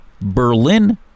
Berlin